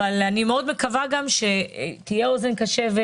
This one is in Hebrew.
אבל אני גם מאוד מקווה שתהיה אוזן קשבת,